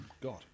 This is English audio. God